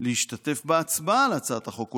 להשתתף בהצבעה על הצעת החוק,